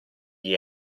gli